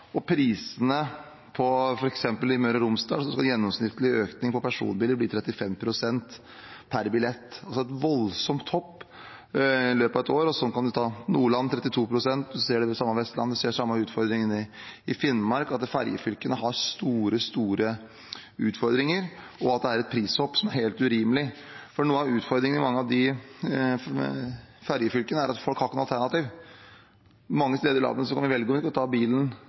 i Møre og Romsdal skal gjennomsnittlig økning for personbiler bli 35 pst. per billett, altså et voldsomt hopp i løpet av et år, for Nordland er tallet 32 pst. En ser det samme på Vestlandet og de samme utfordringene i Finnmark – ferjefylkene har store utfordringer. Det er et prishopp som er helt urimelig, for noe av utfordringen i mange av ferjefylkene er at folk ikke har noe alternativ. Mange steder i landet kan vi velge om vi skal ta bilen,